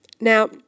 Now